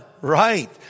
Right